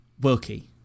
Wilkie